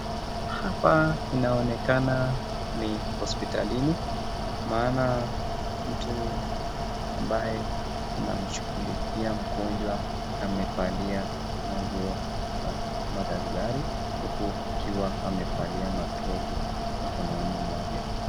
Hapa inaonekana ni hospitalini maana mtu ambaye anamshughulikia mgonjwa amevalia manguo za madaktari huku akiwa amevalia maglovu mkononi mwake.